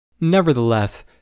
Nevertheless